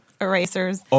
Erasers